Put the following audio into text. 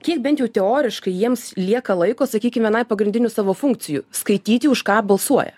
kiek bent jau teoriškai jiems lieka laiko sakykim vienai pagrindinių savo funkcijų skaityti už ką balsuoja